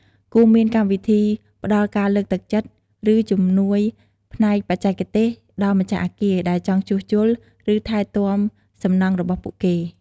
គួរមានកម្មវិធីផ្តល់ការលើកទឹកចិត្ត ឬជំនួយផ្នែកបច្ចេកទេសដល់ម្ចាស់អគារដែលចង់ជួសជុល ឬថែទាំសំណង់របស់ពួកគេ។